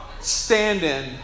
stand-in